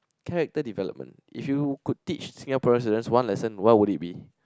character development if you could teach Singaporean student one lesson what would it be